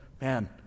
man